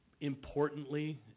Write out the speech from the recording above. Importantly